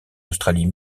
australie